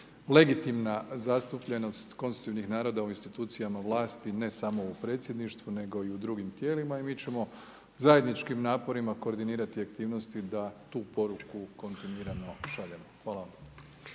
legitimna zastupljenost konstitutivnih naroda u institucijama vlasti, ne samo u predsjedništvu, nego i u drugim tijelima i mi ćemo zajedničkim naporima koordinirati aktivnosti da tu poruku kontinuirano šaljemo. Hvala vam.